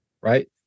right